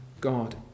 God